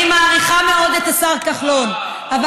אני מעריכה מאוד את השר כחלון, אה.